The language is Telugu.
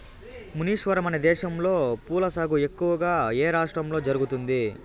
మునీశ్వర, మనదేశంలో పూల సాగు ఎక్కువగా ఏ రాష్ట్రంలో జరుగుతుంది